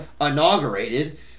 inaugurated